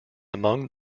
among